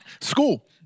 school